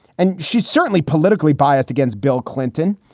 and she's certainly politically biased against bill clinton.